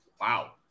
wow